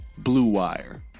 BlueWire